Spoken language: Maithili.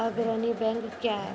अग्रणी बैंक क्या हैं?